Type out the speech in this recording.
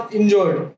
enjoyed